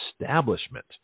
establishment